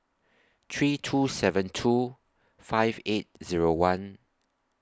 three two seven two five eight Zero one